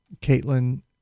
Caitlin